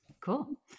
Cool